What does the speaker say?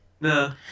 No